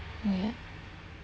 oh ya